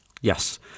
Yes